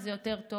זה יותר טוב.